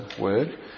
word